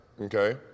okay